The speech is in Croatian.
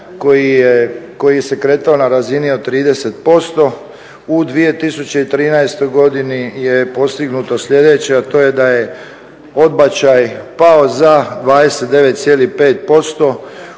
koji se kretao na razini od 30% u 2013.godini je postignuto sljedeće a to je da je odbačaj pao za 29,5%